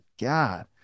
God